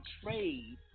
trade